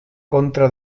contra